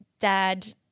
Dad